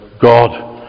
God